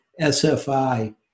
SFI